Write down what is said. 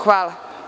Hvala.